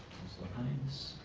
so haynes.